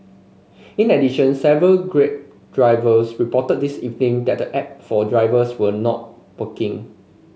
in addition several Grab drivers reported this evening that the app for drivers were not working